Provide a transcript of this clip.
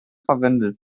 verwendet